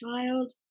child